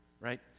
right